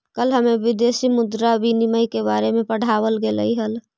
कल हमें विदेशी मुद्रा विनिमय के बारे में पढ़ावाल गेलई हल